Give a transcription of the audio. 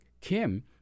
Kim